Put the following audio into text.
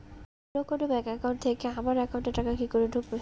অন্য কোনো bank account থেকে আমার একাউন্ট এ টাকা কি করে ঢুকবে?